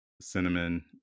cinnamon